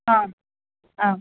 आं आं